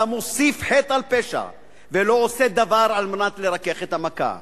אתה מוסיף חטא על פשע ולא עושה דבר כדי לרכך את המכה.